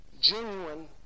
genuine